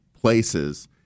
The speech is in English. places